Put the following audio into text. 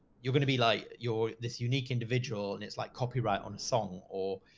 you're going to be like you're this unique individual and it's like copyright on a song or,